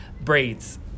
braids